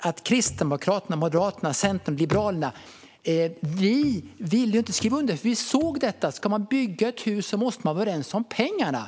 att Kristdemokraterna, Moderaterna, Centerpartiet och Liberalerna inte vill skriva under eftersom vi anser att om man ska bygga ett hus måste man vara överens om pengarna!